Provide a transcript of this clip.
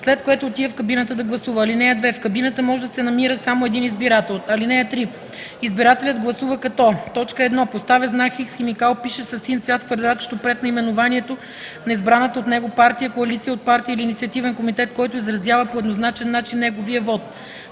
след което отива в кабината да гласува. (2) В кабината може да се намира само един избирател. (3) Избирателят гласува, като: 1. поставя знак „Х” с химикал, пишещ със син цвят, в квадратчето пред наименованието на избраната от него партия, коалиция от партии или инициативен комитет, който изразява по еднозначен начин неговия вот;